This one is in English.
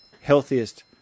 healthiest